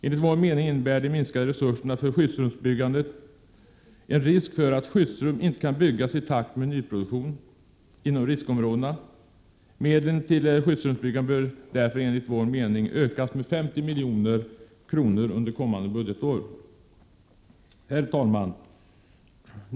Enligt vår mening innebär de minskade resurserna för skyddsrumsbyggande en risk för att skyddsrum inte kan byggas i takt med nyproduktion inom riskområdena. Medlen till skyddsrumsbyggandet bör därför enligt vår mening ökas med 50 milj.kr. under kommande budgetår. Herr talman!